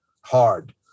hard